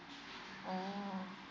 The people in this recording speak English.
oh